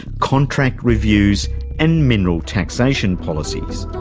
contract reviews and mineral taxation policies.